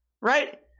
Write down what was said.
Right